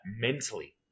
mentally